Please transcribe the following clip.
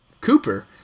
Cooper